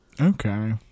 Okay